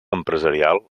empresarial